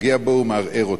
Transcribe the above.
פוגע בו ומערער אותו.